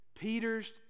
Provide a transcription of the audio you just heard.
Peter's